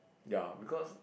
ya because